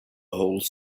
whole